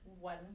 one